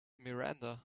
miranda